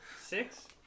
Six